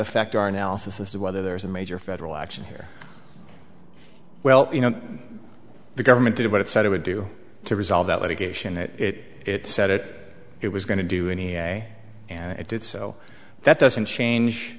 affect our analysis as to whether there's a major federal action here well you know the government did what it said it would do to resolve that litigation it it set it it was going to do anyway and it did so that doesn't change